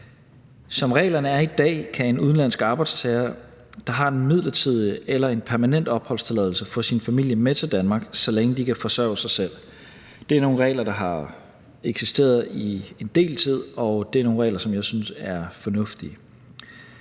Som reglerne er i dag, kan en udenlandsk arbejdstager, der har en midlertidig eller en permanent opholdstilladelse, få sin familie med til Danmark, så længe de kan forsørge sig selv. Det er nogle regler, der har eksisteret i en del tid, og det er nogle regler, som jeg synes er fornuftige.